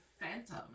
Phantom